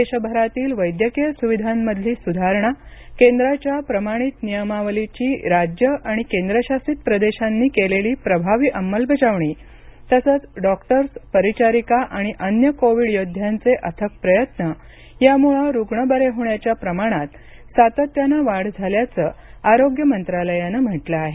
देशभरातील वैद्यकीय सुविधांमधली सुधारणा केंद्राच्या प्रमाणित नियमावलीची राज्यं आणि केंद्रशासित प्रदेशांनी केलेली प्रभावी अंमलबजावणी तसंच डॉक्टर्स परिचारिका आणि अन्य कोविड योद्ध्यांचे अथक प्रयत्न यामुळे रुग्ण बरे होण्याच्या प्रमाणात सातत्यानं वाढ झाल्याचं आरोग्य मंत्रालयानं म्हटलं आहे